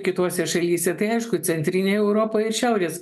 kitose šalyse tai aišku centrinėj europoj ir šiaurės